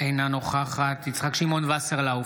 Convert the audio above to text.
אינה נוכחת יצחק שמעון וסרלאוף,